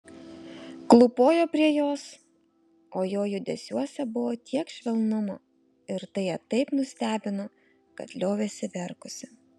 klūpojo prie jos o jo judesiuose buvo tiek švelnumo ir tai ją taip nustebino kad liovėsi verkusi